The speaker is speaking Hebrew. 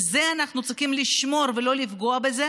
ועל זה אנחנו צריכים לשמור ולא לפגוע בזה,